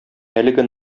әлеге